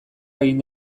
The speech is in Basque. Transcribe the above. egin